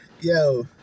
Yo